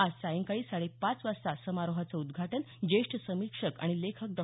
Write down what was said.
आज सायंकाळी साडे पाच वाजता समारोहाचं उद्घाटन जेष्ठ समीक्षक आणि लेखक डॉ